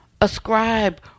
ascribe